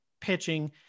Pitching